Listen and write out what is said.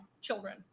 children